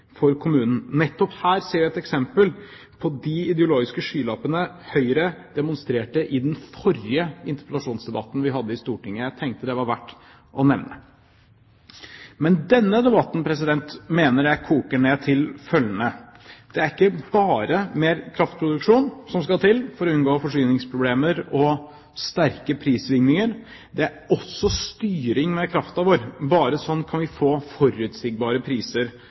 for kommunen. Nettopp her ser vi et eksempel på de ideologiske skylappene Høyre demonstrerte i den forrige interpellasjonsdebatten vi hadde i Stortinget. Jeg tenkte det var verdt å nevne. Men denne debatten mener jeg koker ned til følgende: Det er ikke bare mer kraftproduksjon som skal til for å unngå forsyningsproblemer og sterke prissvingninger, det er også styring med kraften vår. Bare sånn kan vi få forutsigbare priser